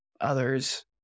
others